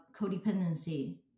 codependency